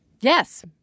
yes